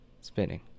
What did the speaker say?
spinning